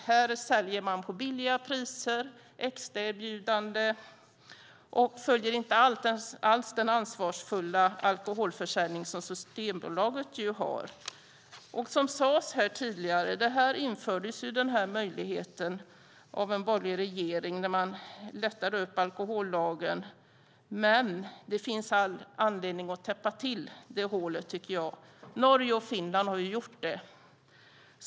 Här säljer man på låga priser, extraerbjudanden och följer inte alls den ansvarsfulla alkoholförsäljning som Systembolaget ju har. Som sades här tidigare infördes denna möjlighet av en borgerlig regering när man lättade upp alkohollagen. Men det finns all anledning att täppa till detta hål, tycker jag. Norge och Finland har gjort det.